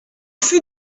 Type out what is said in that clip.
fut